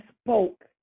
spoke